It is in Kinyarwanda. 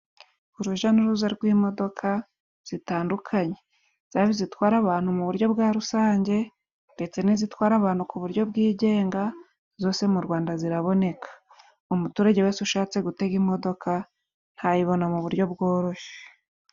Uruja n'uruza rw'imodoka zitandukanye. Zaba izitwara abantu mu buryo bwa rusange ndetse n'izitwara abantu ku buryo bwigenga, zose mu Rwanda ziraboneka. umuturage wese ushatse gutega imodoka, ayibona mu buryo bworoshye.